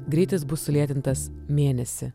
greitis bus sulėtintas mėnesį